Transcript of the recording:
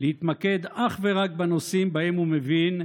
להתמקד אך ורק בנושאים שבהם הוא מבין,